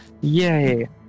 Yay